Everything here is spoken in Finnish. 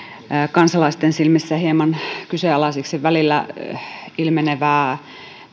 kansalaisten silmissä hieman kyseenalaiseksi välillä ilmenevää